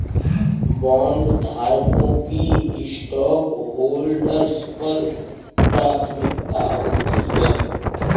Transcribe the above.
बॉन्डधारकों की स्टॉकहोल्डर्स पर प्राथमिकता होती है